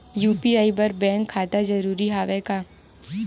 UPI बर bank खाता जरूरी हवय का?